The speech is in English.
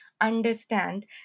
understand